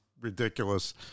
ridiculous